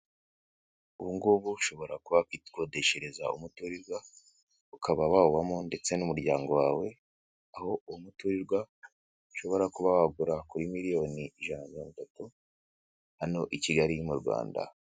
Ubu ngubu ushobora kuba wakwikodeshereza umuturirwa, ukaba wawubamo ndetse n'umuryango wawe, aho uwo muturirwa ushobora kuba wawugura kuri miliyoni ijana na mirongo itatu hano i Kigali mu Rwanda.